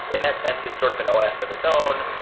in that sense, it's sort of an os of its own.